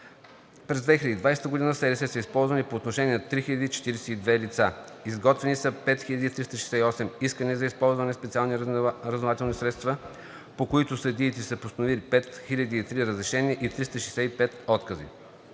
разузнавателни средства са използвани по отношение на 3042 лица, изготвени са 5368 искания за използване на специални разузнавателни средства, по които съдиите са постановили 5003 разрешения и 365 отказа.